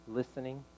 listening